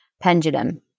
pendulum